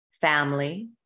family